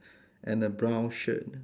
and a brown shirt